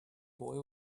boy